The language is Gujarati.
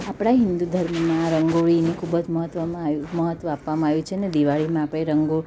આપણા હિન્દુ ધર્મમાં રંગોળીને ખૂબ જ મહત્ત્વમાં આયું મહત્ત્વ આપવામાં આવ્યું છે ને દિવાળીમાં આપણે રંગો